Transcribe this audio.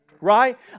right